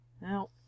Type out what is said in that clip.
No